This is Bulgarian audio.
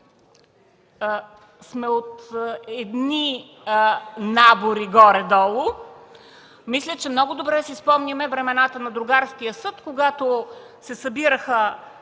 сме от едни набори горе-долу, мисля, че много добре си спомняме времената на другарския съд, когато се събираше